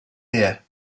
here